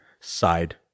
sighed